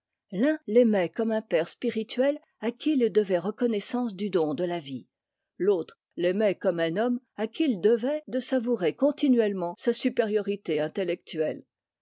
l'un l'aimait comme un père spirituel à qui il devait reconnaissance du don de la vie l'autre l'aimait comme un homme à qui il devait de savourer continuellement sa supériorité intellectuelle